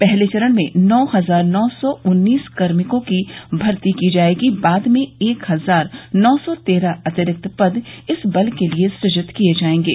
पहले चरण में नौ हजार नौ सौ उन्नीस कार्मिकों की भर्ती की जायेगी बाद में एक हजार नौ सौ तेरह अतिरिक्त पद इस बल के लिये सुजित किये जायेंगे